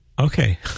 Okay